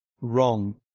Wrong